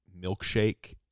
milkshake